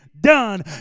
done